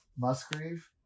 Musgrave